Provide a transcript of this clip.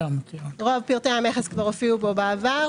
רוב פרטי המכס כבר הופיעו בו בעבר.